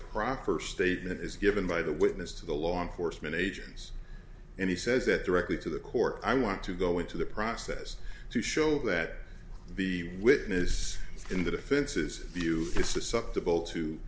proper statement is given by the witness to the law enforcement agencies and he says it directly to the court i want to go into the process to show that the witness in the defense's view is susceptible to